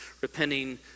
repenting